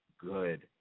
good